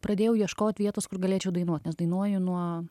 pradėjau ieškot vietos kur galėčiau dainuot nes dainuoju nuo